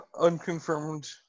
Unconfirmed